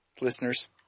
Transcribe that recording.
listeners